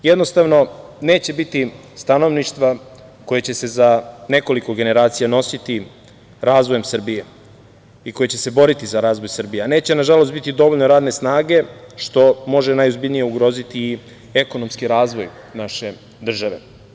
Jednostavno, neće biti stanovništva koje će se za nekoliko generacija nositi razvojem Srbije i koje će se boriti za razvoj Srbije, a neće nažalost biti dovoljno radne snage, što može najozbiljnije ugroziti i ekonomski razvoj naše države.